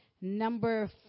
number